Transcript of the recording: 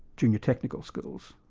junior technical schools.